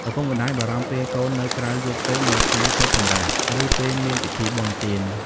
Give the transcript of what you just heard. ឪពុកម្តាយបារម្ភពេលកូននៅក្រៅយប់ពេកនៅថ្ងៃឈប់សម្រាក ឬពេលមានពិធីបុណ្យទាន។